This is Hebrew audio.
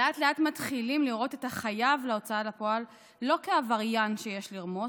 לאט-לאט מתחילים לראות את החייב להוצאה לפועל לא כעבריין שיש לרמוס,